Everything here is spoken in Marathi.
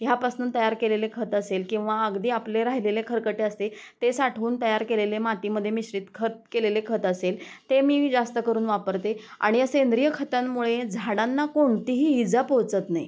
ह्यापासून तयार केलेले खत असेल किंवा अगदी आपले राहिलेले खरकटे असते आहे ते साठवून तयार केलेले मातीमध्ये मिश्रित खत केलेले खत असेल ते मी जास्तकरून वापरते आहे आणि या सेंद्रिय खतांमुळे झाडांना कोणतीही इजा पोहोचत नाही